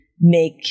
make